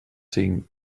cinc